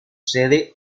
sede